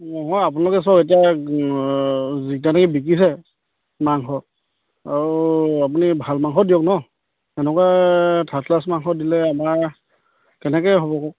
হয় আপোনালোকে চ'ক এতিয়া বিকিছে মাংস আৰু আপুনি ভাল মাংস দিয়ক ন এনেকুৱা থাৰ্ড ক্লাছ মাংস দিলে আমাৰ কেনেকে হ'ব কওক